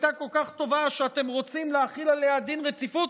הייתה כל כך טובה שאתם רוצים להחיל עליה דין רציפות,